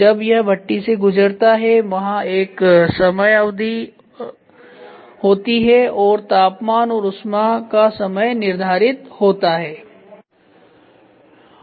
जब यह भट्टी से गुजरता है वहां एक समयावधि होती है और तापमान और ऊष्मा का समय निर्धारित होता है